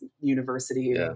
university